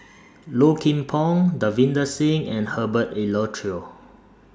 Low Kim Pong Davinder Singh and Herbert Eleuterio